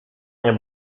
nie